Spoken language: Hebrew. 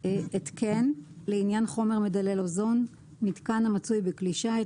"התקן" לעניין חומר מדלל אוזון - מיתקן המצוי בכלי שיט,